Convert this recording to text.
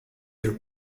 your